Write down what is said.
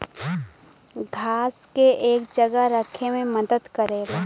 घास के एक जगह रखे मे मदद करेला